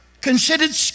considered